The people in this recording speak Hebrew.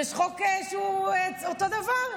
יש חוק שהוא אותו דבר,